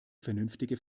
vernünftige